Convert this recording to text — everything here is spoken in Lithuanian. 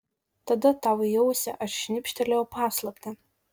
tada tau į ausį aš šnibžtelėjau paslaptį